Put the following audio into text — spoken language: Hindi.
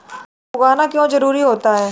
फसल उगाना क्यों जरूरी होता है?